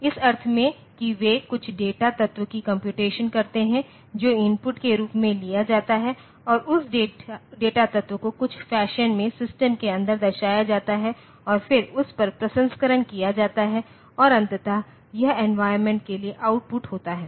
इस अर्थ में कि वे कुछ डेटा तत्व की कम्प्यूटेशन करते हैं जो इनपुट के रूप में लिया जाता है और उस डेटा तत्व को कुछ फैशन में सिस्टम के अंदर दर्शाया जाता है और फिर उस पर प्रसंस्करण किया जाता है और अंततः यह एन्वॉयरमेंट के लिए आउटपुट होता है